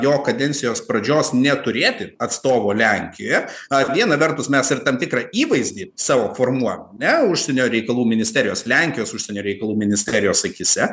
jo kadencijos pradžios neturėti atstovo lenkije na viena vertus mes ir tam tikrą įvaizdį savo formuojam ne užsienio reikalų ministerijos lenkijos užsienio reikalų ministerijos akyse